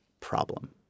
problem